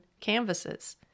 canvases